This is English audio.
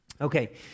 Okay